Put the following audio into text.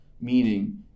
meaning